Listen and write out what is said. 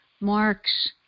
Mark's